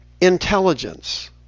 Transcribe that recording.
Intelligence